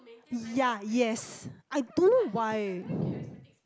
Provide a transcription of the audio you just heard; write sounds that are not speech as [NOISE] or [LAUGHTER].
ya yes I don't know why [BREATH]